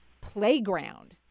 playground